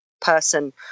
person